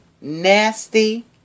nasty